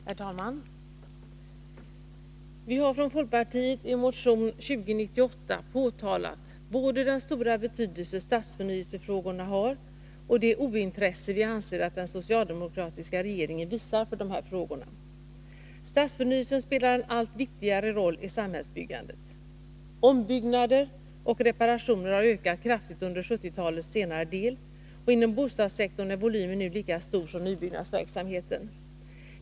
Herr talman! Vi har från folkpartiet i motion 2098 pekat på både den stora betydelse stadsförnyelsefrågorna har och det ointresse vi anser att den socialdemokratiska regeringen visar för de här frågorna. Stadsförnyelsen spelar en allt viktigare roll i samhällsbyggandet. Ombyggnader och reparationer har ökat kraftigt under 1970-talets senare del, och inom bostadssektorn är volymen nu lika stor som nybyggnadsverksamheten.